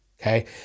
okay